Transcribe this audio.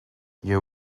you